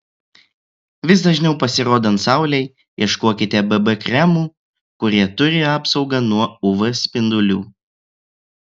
vis dažniau pasirodant saulei ieškokite bb kremų kurie turi apsaugą nuo uv spindulių